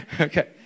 Okay